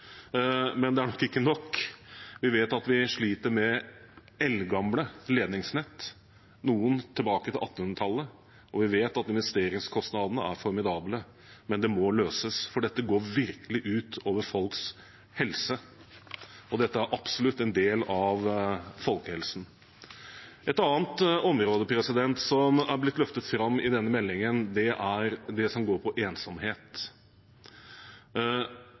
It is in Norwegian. men det er nok ikke nok. Vi vet at vi sliter med eldgamle ledningsnett, noen tilbake til 1800-tallet, og vi vet at investeringskostnadene er formidable, men det må løses, for dette går virkelig ut over folks helse, og dette er absolutt en del av folkehelsen. Et annet område som er blitt løftet fram i denne meldingen, er det som går på ensomhet.